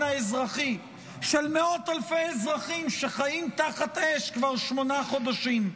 האזרחי של מאות אלפי אזרחים שחיים תחת אש כבר שמונה חודשים.